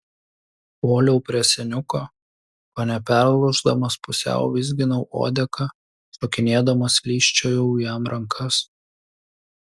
puoliau prie seniuko kone perlūždamas pusiau vizginau uodegą šokinėdamas lyžčiojau jam rankas